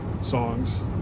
songs